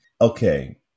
Okay